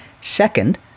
second